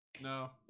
No